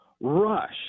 rush